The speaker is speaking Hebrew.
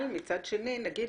מצד שני, נגיד